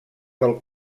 del